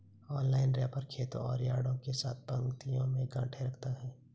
inline wrapper खेतों और यार्डों के साथ पंक्तियों में गांठें रखता है